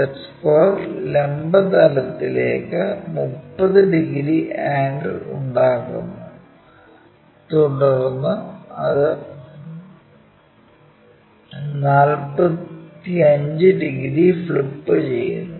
set square ലംബ തലത്തിലേക്ക് 30 degree angle ഉണ്ടാക്കുന്നു തുടർന്ന് അത് 45 ഡിഗ്രി ഫ്ലിപ്പുചെയ്യുന്നു